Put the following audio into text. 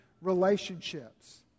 relationships